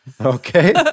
Okay